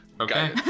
Okay